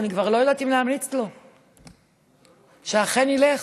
אני כבר לא יודעת אם להמליץ לו שאכן ילך,